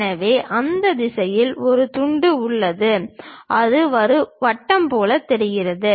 எனவே அந்த திசையில் ஒரு துண்டு உள்ளது அது ஒரு வட்டம் போல் தெரிகிறது